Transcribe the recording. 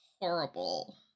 horrible